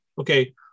okay